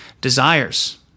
desires